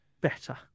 better